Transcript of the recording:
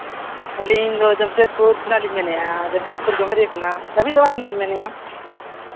ᱟᱹᱞᱤᱧ ᱫᱚ ᱡᱟᱢᱥᱮᱫᱽᱯᱩᱨ ᱠᱷᱚᱱᱟᱜ ᱞᱤᱧ ᱢᱮᱱ ᱮᱜᱼᱟ ᱡᱟᱢᱥᱮᱫᱽᱯᱩᱨ ᱜᱟᱹᱢᱵᱷᱟᱹᱨᱤᱭᱟᱹ ᱠᱷᱚᱱᱟᱜ ᱟᱹᱵᱤᱱ ᱫᱚ ᱚᱠᱟ ᱠᱷᱚᱱᱟᱜ ᱵᱤᱱ ᱢᱮᱱᱮᱜᱼᱟ